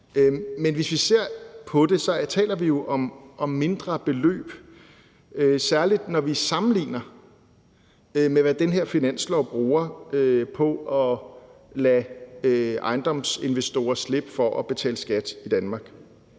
Men hvis vi ser på det, taler vi jo om mindre beløb, særlig når vi sammenligner med, hvad den her finanslov bruger på at lade ejendomsinvestorer slippe for at betale skat i Danmark.